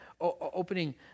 opening